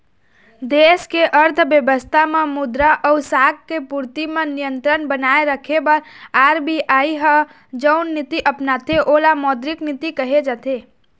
देस के अर्थबेवस्था म मुद्रा अउ साख के पूरति म नियंत्रन बनाए रखे बर आर.बी.आई ह जउन नीति अपनाथे ओला मौद्रिक नीति कहे जाथे